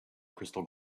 crystal